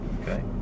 Okay